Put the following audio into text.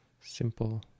simple